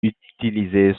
utiliser